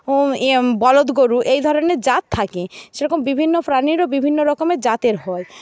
বলদ গরু এই ধরনের জাত থাকে সেরকম বিভিন্ন প্রাণীরও বিভিন্ন রকমের জাতের হয়